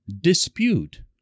dispute